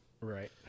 Right